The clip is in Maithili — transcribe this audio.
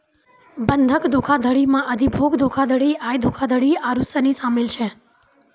बंधक धोखाधड़ी मे अधिभोग धोखाधड़ी, आय धोखाधड़ी आरु सनी शामिल छै